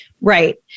Right